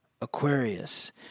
Aquarius